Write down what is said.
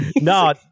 No